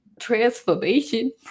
transformation